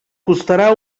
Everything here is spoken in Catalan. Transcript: costarà